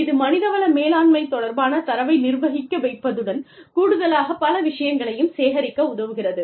இது மனிதவள மேலாண்மை தொடர்பான தரவை நிர்வகிக்கவைப்பதுடன் கூடுதலாகப் பல விஷயங்களையும் சேகரிக்க உதவுகிறது